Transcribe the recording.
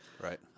right